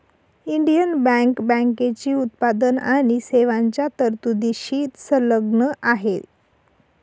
Indian bank बँकेची उत्पादन आणि सेवांच्या तरतुदींशी संलग्न आहे